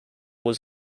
was